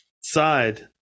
side